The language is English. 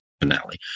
finale